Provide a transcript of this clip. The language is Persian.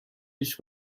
هیچ